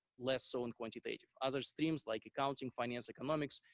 less so in quantitative other streams like accounting, finance economics,